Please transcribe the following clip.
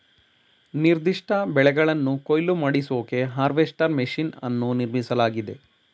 ನಿರ್ದಿಷ್ಟ ಬೆಳೆಗಳನ್ನು ಕೊಯ್ಲು ಮಾಡಿಸೋಕೆ ಹಾರ್ವೆಸ್ಟರ್ ಮೆಷಿನ್ ಅನ್ನು ನಿರ್ಮಿಸಲಾಗಿದೆ